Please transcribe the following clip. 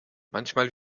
manchmal